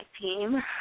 team